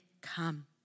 come